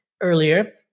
earlier